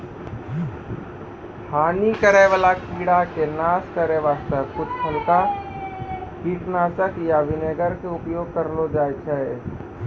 हानि करै वाला कीड़ा के नाश करै वास्तॅ कुछ हल्का कीटनाशक या विनेगर के उपयोग करलो जाय छै